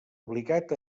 obligat